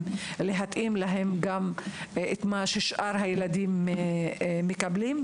להתאים להם גם את מה ששאר הילדים מקבלים.